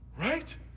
right